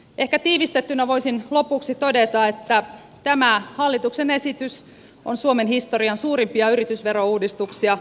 ehkä tiivistettynä voisin lopuksi todeta että tämä hallituksen esitys on suomen historian suurimpia yritysverouudistuksia